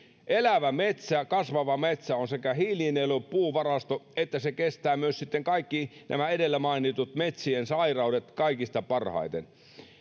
elävä metsä kasvava metsä on hiilinielu puuvarasto ja se kestää myös sitten kaikki nämä edellä mainitut metsien sairaudet kaikista parhaiten